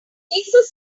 caesar